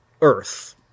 earth